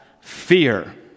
fear